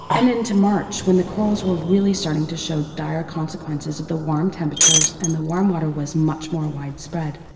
and into march when the corals were really starting to show dire consequences of the warm temperatures and the warm water was much more widespread.